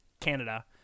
Canada